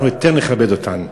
אנחנו יותר נכבד אותן.